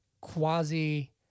quasi